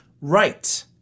Right